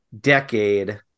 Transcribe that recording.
decade